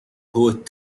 poet